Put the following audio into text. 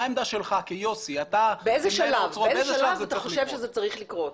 מה העמדה שלך כיוסי --- באיזה שלב אתה חושב שזה צריך לקרות?